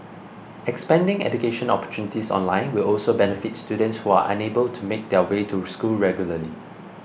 expanding education opportunities online will also benefit students who are unable to make their way to school regularly